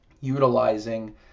utilizing